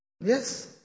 Yes